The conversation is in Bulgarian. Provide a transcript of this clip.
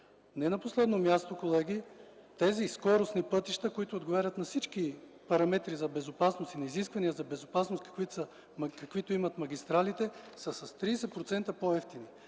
Не на последно място, колеги, тези скоростни пътища, които отговарят на всички параметри и изисквания за безопасност, каквито имат магистралите, са с 30 процента